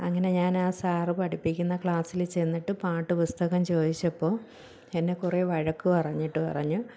അങ്ങനെ ഞാനാ സാർ പഠിപ്പിക്കുന്ന ക്ലാസിൽ ചെന്നിട്ട് പാട്ടുപുസ്തകം ചോദിച്ചപ്പോൾ എന്നെ കുറെ വഴക്ക് പറഞ്ഞിട്ട് പറഞ്ഞു